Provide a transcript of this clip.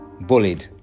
bullied